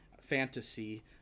fantasy